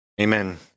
amen